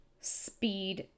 speed